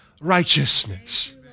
righteousness